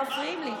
הם מפריעים לי.